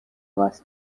was